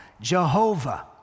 Jehovah